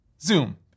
zoom